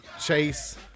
Chase